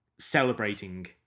celebrating